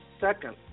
second